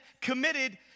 committed